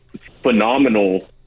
phenomenal